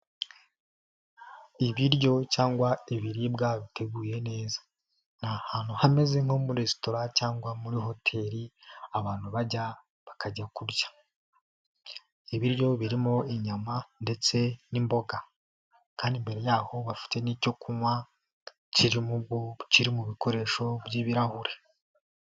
Ibiryo cyangwa ibiribwa biteguye neza ni ahantu hameze nko muri resitora cyangwa muri hoteri abantu bajya bakajya kurya, ibiryo birimo inyama ndetse n'imboga kandi imbere yaho bafite n'icyo kunywa kiri mu bikoresho by'ibirahure.